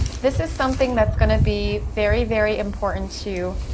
this is something that's gonna be very, very, important to